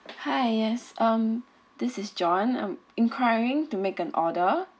hi yes um this is john um enquiring to make an order